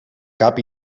cap